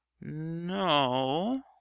No